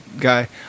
guy